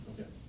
Okay